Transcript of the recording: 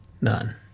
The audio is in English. None